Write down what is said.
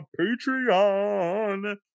patreon